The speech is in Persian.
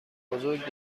بزرگ